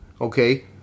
okay